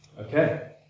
Okay